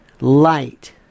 light